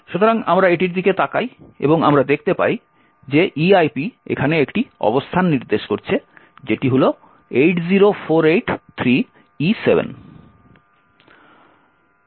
সুতরাং আমরা এটির দিকে তাকাই এবং আমরা দেখতে পাই যে eip এখানে একটি অবস্থান নির্দেশ করছে যেটি হল 80483e7